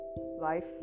Life